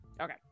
Okay